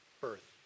birth